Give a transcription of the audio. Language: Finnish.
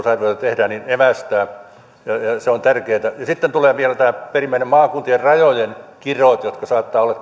tehdään evästää se on tärkeätä sitten tulevat vielä nämä perimmäiset maakuntien rajojen kirot saattaa olla